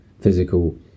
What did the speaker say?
physical